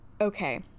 Okay